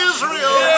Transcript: Israel